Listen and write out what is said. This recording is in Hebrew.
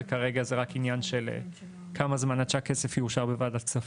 וכרגע זה רק עניין של כמה זמן עד שהכסף יאושר בוועדת כספים.